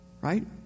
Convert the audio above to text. Right